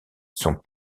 sont